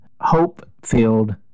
hope-filled